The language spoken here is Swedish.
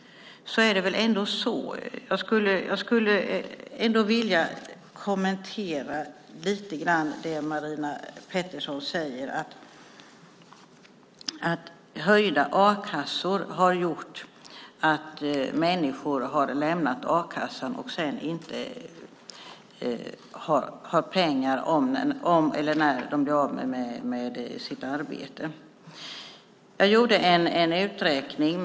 Jag skulle vilja kommentera lite grann det Marina Pettersson säger om att höjda a-kasseavgifter har gjort att människor har lämnat a-kassan och sedan inte har pengar om eller när de blir med av sitt arbete. Jag gjorde en uträkning.